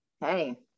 Hey